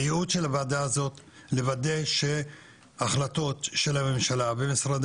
היעוד של הוועדה הזו הוא לוודא שהחלטות של הממשלה ומשרדי